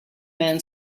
man